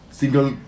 single